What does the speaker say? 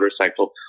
motorcycle